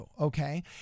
okay